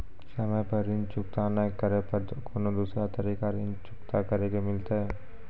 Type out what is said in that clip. समय पर ऋण चुकता नै करे पर कोनो दूसरा तरीका ऋण चुकता करे के मिलतै?